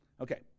Okay